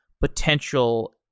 potential